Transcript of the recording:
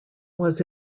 was